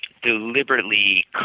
deliberately